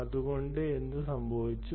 അതുകൊണ്ട് എന്തു സംഭവിച്ചു